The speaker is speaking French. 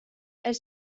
elle